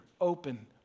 open